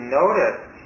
notice